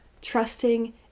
trusting